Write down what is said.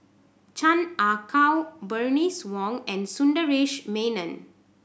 Chan Ah Kow Bernice Wong and Sundaresh Menon